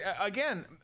again